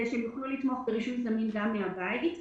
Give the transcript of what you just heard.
שהם יוכלו לתמוך ברישוי זמין גם מן הבית.